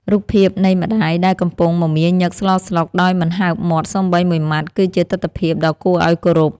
រូបភាពនៃម្ដាយដែលកំពុងមមាញឹកស្លស្លុកដោយមិនហើបមាត់សូម្បីមួយម៉ាត់គឺជាទិដ្ឋភាពដ៏គួរឱ្យគោរព។